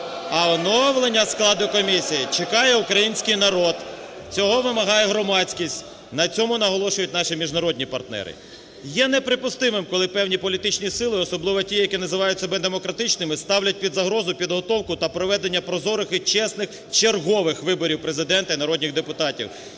А оновлення складу комісії чекає український народ, цього вимагає громадськість, на цьому наголошують наші міжнародні партнери. Є неприпустимим, коли певні політичні сили, особливо ті, які називають себе демократичними, ставлять під загрозу підготовку та проведення прозорих і чесних чергових виборів Президента і народних депутатів,